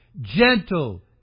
gentle